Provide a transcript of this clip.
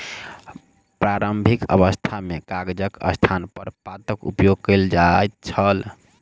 प्रारंभिक अवस्था मे कागजक स्थानपर पातक उपयोग कयल जाइत छल